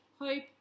hope